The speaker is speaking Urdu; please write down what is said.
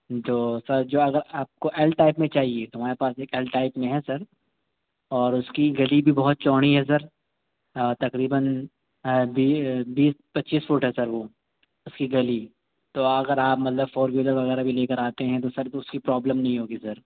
جو سر جو اگر آپ کو ایل ٹائپ میں چاہیے تو ہمارے پاس ایک ایل ٹائپ میں ہے سر اور اُس کی گلّی بھی بہت چوڑی ہے سر تقریباً بیس پچیس فٹ ہے سر وہ اُس کی گلّی تو اگر آپ مطلب فور وہیلر وغیرہ بھی لے کر آتے ہیں تو سر اُس کی پرابلم نہیں ہوگی سر